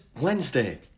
Wednesday